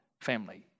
family